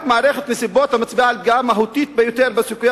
רק מערכת נסיבות המצביעה על פגיעה מהותית ביותר בסיכויי